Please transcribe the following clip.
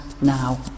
now